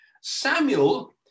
Samuel